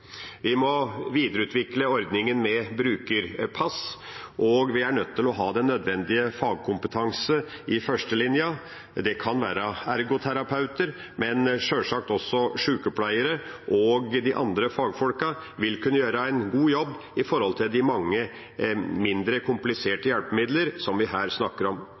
Vi må videreutvikle ordningen med brukerpass, og vi er nødt til å ha den nødvendige fagkompetansen i førstelinja. Det kan være ergoterapeuter, men sjølsagt også sjukepleiere, og de andre fagfolkene vil kunne gjøre en god jobb når det gjelder de mange mindre kompliserte hjelpemidler som vi her snakker om.